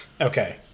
Okay